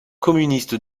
communiste